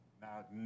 Now